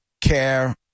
care